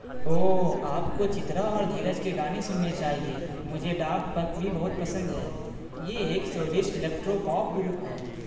او آپ کو چترا اور دھیرج کے گانے سننے چاہیے مجھے ڈافت پنک بھی بہت پسند ہے یہ ایک سوڈش الیکٹرو پاپ گروپ ہے